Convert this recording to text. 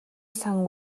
сан